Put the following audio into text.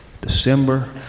December